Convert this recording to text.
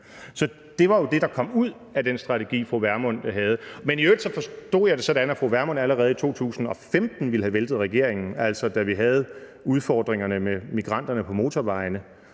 Så det var jo det, der kom ud af den strategi, fru Pernille Vermund havde. Men i øvrigt forstod jeg det sådan, at fru Pernille Vermund allerede i 2015 ville have væltet regeringen, altså da vi havde udfordringerne med migranterne på motorvejene.